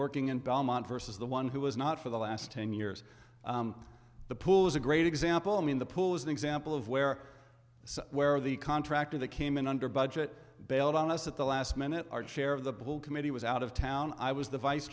working in belmont versus the one who was not for the last ten years the pool is a great example i mean the pool is an example of where where the contractor that came in under budget bailed on us at the last minute our share of the bull committee was out of town i was the vice